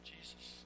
Jesus